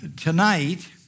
tonight